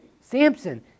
Samson